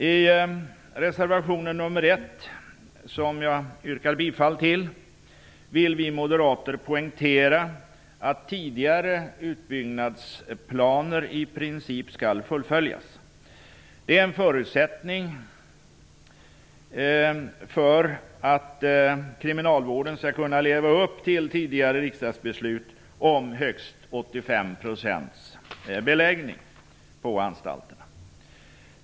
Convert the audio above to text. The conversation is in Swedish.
I reservation nr 1, som jag yrkar bifall till, vill vi moderater poängtera att tidigare utbyggnadsplaner i princip skall fullföljas. Det är en förutsättning för att kriminalvården skall kunna leva upp till tidigare riksdagsbeslut om högst 85 % beläggning vid anstalterna.